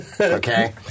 Okay